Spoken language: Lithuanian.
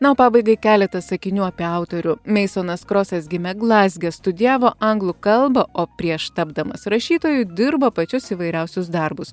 na o pabaigai keletas sakinių apie autorių meisonas krosas gimė glazge studijavo anglų kalbą o prieš tapdamas rašytoju dirbo pačius įvairiausius darbus